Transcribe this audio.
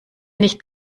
nicht